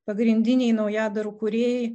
pagrindiniai naujadarų kūrėjai